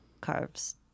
carves